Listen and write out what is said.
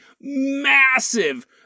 massive